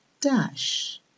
dash